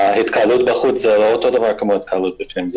וההתקהלות בחוץ זה לא אותו דבר כמו התקהלות בפנים.